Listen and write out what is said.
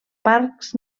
parcs